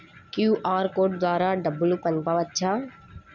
QR code ద్వారా డబ్బులు పంపవచ్చా?